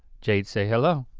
jade, say hello.